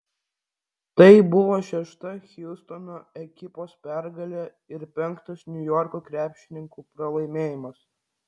tai buvo šešta hjustono ekipos pergalė ir penktas niujorko krepšininkų pralaimėjimas